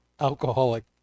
alcoholic